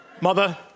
Mother